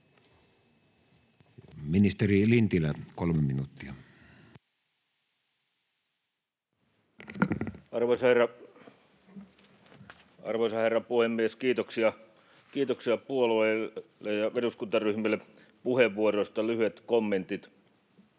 Time: 15:25 Content: Arvoisa herra puhemies! Kiitoksia puolueille ja eduskuntaryhmille puheenvuoroista. Lyhyet kommentit